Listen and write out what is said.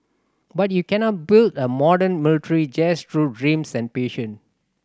but you cannot build a modern military just through dreams and passion